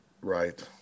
Right